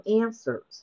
answers